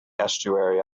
estuary